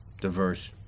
diverse